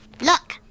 Look